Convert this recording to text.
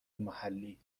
محلی